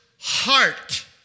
heart